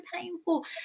painful